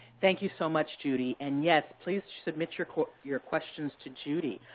thank you so much, judy, and yes, please submit your your questions to judy.